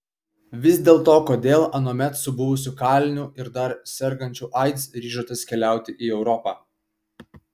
vis dėlto kodėl anuomet su buvusiu kaliniu ir dar sergančiu aids ryžotės keliauti į europą